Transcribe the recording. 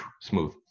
smooth